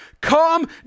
come